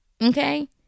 okay